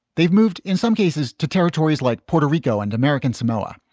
they've moved, in some cases to territories like puerto rico and american samoa,